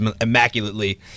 immaculately